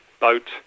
boat